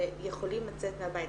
אנחנו קצת פה במין טלפון שבור כזה,